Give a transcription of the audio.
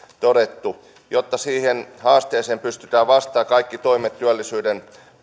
todettu jotta siihen haasteeseen pystytään vastaamaan kaikki toimet työllisyyden